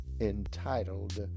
entitled